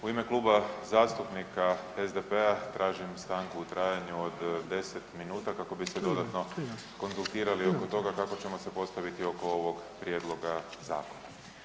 U ime Kluba zastupnika SDP-a tražim stanku u trajanju od 10 minuta kako bise dodatno konzultirali oko toga kako ćemo se postaviti oko ovog prijedloga zakona.